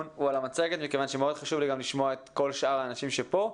הוא על המצגת מכיוון שמאוד חשוב לי גם לשמוע את כל שאר האנשים כאן.